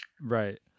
right